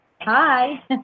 hi